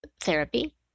therapy